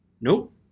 Nope